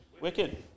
Wicked